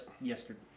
yesterday